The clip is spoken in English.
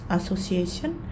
association